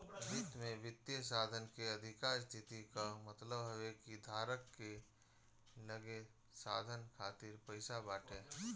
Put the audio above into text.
वित्त में वित्तीय साधन के अधिका स्थिति कअ मतलब हवे कि धारक के लगे साधन खातिर पईसा बाटे